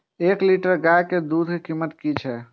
एक लीटर गाय के कीमत कि छै?